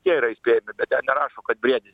tie yra įspėjami bet ten nerašo kad briedis